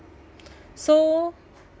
so